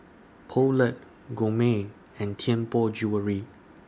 Poulet Gourmet and Tianpo Jewellery